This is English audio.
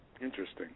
Interesting